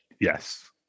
yes